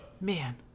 Man